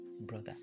brother